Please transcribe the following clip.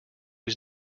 was